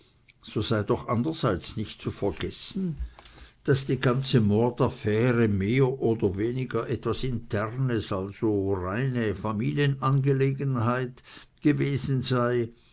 so sei doch andererseits nicht zu vergessen daß die ganze mordaffaire mehr oder weniger etwas internes sozusagen eine reine familienangelegenheit gewesen sei